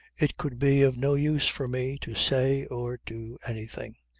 it could be of no use for me to say or do anything.